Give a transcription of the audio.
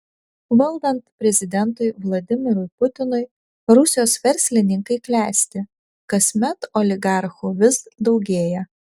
valdant prezidentui vladimirui putinui rusijos verslininkai klesti kasmet oligarchų vis daugėja